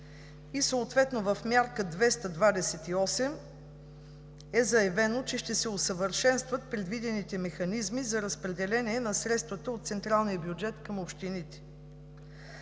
и съответно в Мярка 228 е заявено, че ще се усъвършенстват предвидените механизми за разпределение на средствата от централния